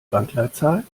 bankleitzahl